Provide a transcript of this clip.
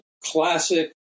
classic